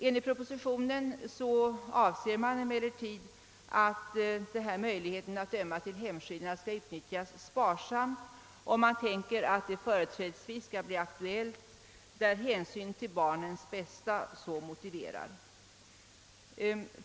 Enligt propositionen avses emellertid möjligheten att döma till hemskillnad bli sparsamt utnyttjad och huvudsakligen aktualiseras när barnens bästa så motiverar.